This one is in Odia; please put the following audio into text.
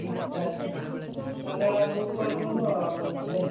ଆଚ୍ଛା ଆଚ୍ଛା ତା'ହେଲେ ବୁକ୍ କରିଦେବୁ ଆଉ